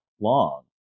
long